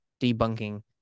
debunking